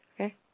Okay